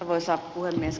arvoisa puhemies